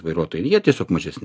vairuotojai jie tiesiog mažesni